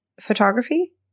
photography